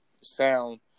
sound